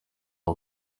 abo